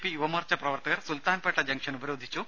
P Yuva Morcha പ്രവർത്തകർ Sultanpet junction ഉപരോധിച്ചു